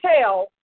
tell